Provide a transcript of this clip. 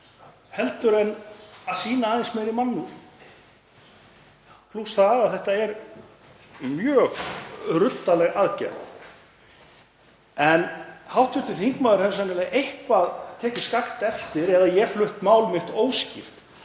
heldur en að sýna aðeins meiri mannúð, plús það að þetta er mjög ruddaleg aðgerð. Hv. þingmaður hefur sennilega eitthvað tekið skakkt eftir, eða ég flutt mál mitt óskýrt,